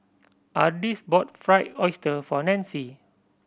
Ardis bought Fried Oyster for Nancy